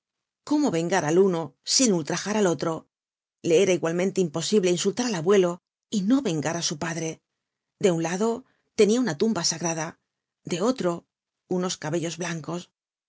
cómo vengar al uno sin ultrajar al otro le era igualmente imposible insultar al abuelo y no vengar á su padre de un lado tenia una tumba sagrada de otro unos cabellos blancos